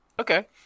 Okay